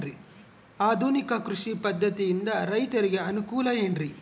ಆಧುನಿಕ ಕೃಷಿ ಪದ್ಧತಿಯಿಂದ ರೈತರಿಗೆ ಅನುಕೂಲ ಏನ್ರಿ?